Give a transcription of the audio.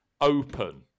Open